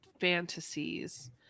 fantasies